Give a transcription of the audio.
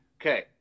Okay